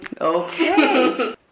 Okay